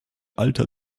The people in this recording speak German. alter